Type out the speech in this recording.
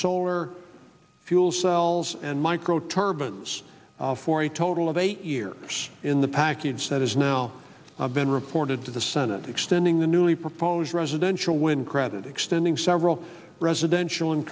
solar fuel cells and micro turbans for a total of eight years in the package that is now i've been reported to the senate extending the newly proposed residential when credit extending several residential and